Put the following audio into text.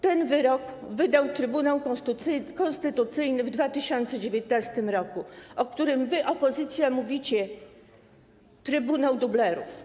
Ten wyrok wydał Trybunał Konstytucyjny w 2019 r., o którym wy, opozycja, mówicie: trybunał dublerów.